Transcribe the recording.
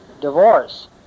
divorce